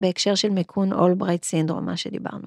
בהקשר של מיכון אולברייט סינדרום, מה שדיברנו.